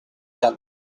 cannes